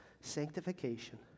Sanctification